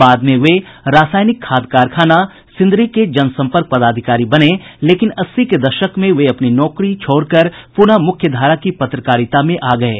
बाद में वे रासायनिक खाद कारखाना सिंदरी के जनसंपर्क पदाधिकारी बने लेकिन अस्सी के दशक में अपनी नौकरी छोड़कर वे पुनः मुख्य धारा की पत्रकारिता में आ गये